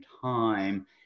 time